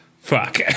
Fuck